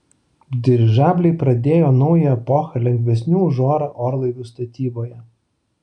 dirižabliai pradėjo naują epochą lengvesnių už orą orlaivių statyboje